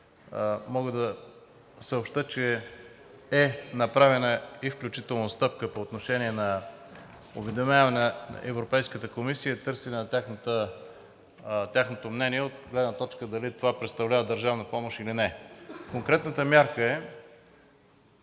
мога да съобщя, е, че е направена и включително стъпка по отношение на уведомяване на Европейската комисия и търсене на тяхното мнение от гледна точка дали това представлява държавна помощ или не. Конкретната мярка е